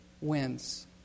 wins